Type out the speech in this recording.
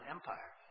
Empire，